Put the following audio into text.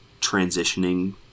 transitioning